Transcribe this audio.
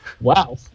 Wow